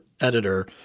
editor